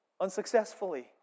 unsuccessfully